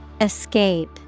Escape